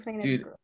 dude